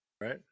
Right